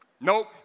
nope